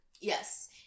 Yes